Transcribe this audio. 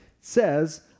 says